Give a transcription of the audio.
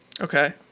Okay